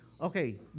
Okay